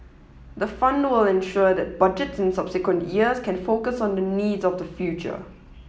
the fund will ensure that Budgets in subsequent years can focus on the needs of the future